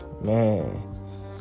man